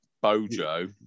Bojo